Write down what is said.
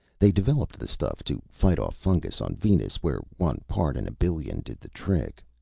they developed the stuff to fight off fungus on venus, where one part in a billion did the trick.